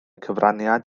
cyfraniad